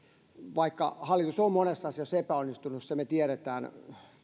vaikka hallitus on monessa asiassa epäonnistunut